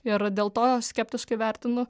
ir dėl to skeptiškai vertinu